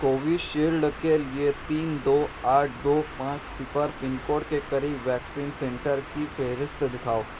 کووِ shield کے لیے تین دو آٹھ دو پانچ صفر پن کوڈ کے قریب ویکسین سینٹر کی فہرست دکھاؤ